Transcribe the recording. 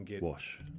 wash